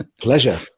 Pleasure